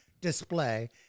display